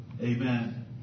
Amen